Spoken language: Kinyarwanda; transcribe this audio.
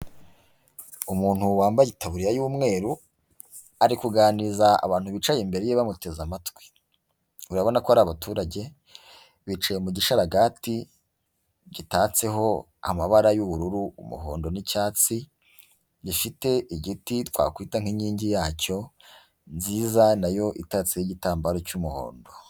Umuntu wambaye itaburiya y'umweru, ari kuganiriza abantu bicaye imbere ye bamuteze amatwi. Urabona ko ari abaturage, bicaye mu gisharagati gitatseho amabara y'ubururu, umuhondo n'icyatsi, gifite igiti twakwita nk'inkingi yacyo, nziza na yo itatseho igitambaro cy'umuhondo.